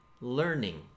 learning